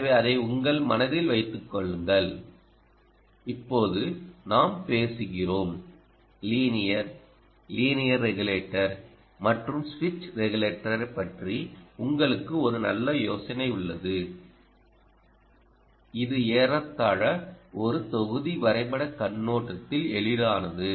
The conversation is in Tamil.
எனவே அதை உங்கள் மனதில் வைத்துக் கொள்ளுங்கள் இப்போது நாம் பேசுகிறோம் லீனியர் லீனியர் ரெகுலேட்டர் மற்றும் சுவிட்ச் ரெகுலேட்டரைப் பற்றி உங்களுக்கு ஒரு நல்ல யோசனை உள்ளது இது ஏறத்தாழ ஒரு தொகுதி வரைபடக் கண்ணோட்டத்தில் எளிதானது